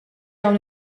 hawn